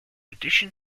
addition